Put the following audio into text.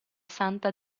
santa